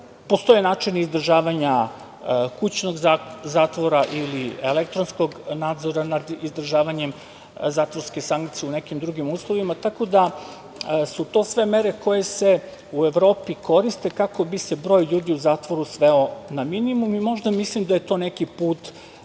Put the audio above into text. Postoje načini izdržavanja kućnog zatvora ili elektronskog nadzora nad izdržavanjem zatvorske sankcije, u nekim drugim uslovima. Tako da, su to sve mere koje se u Evropi koriste kako bi se broj ljudi u zatvoru sveo na minimum. Možda, mislim, da je to neki put